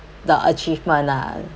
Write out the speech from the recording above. the achievement ah